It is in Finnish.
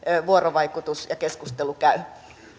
vuorovaikutus ja keskustelu käy